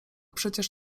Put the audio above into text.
przecież